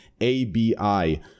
A-B-I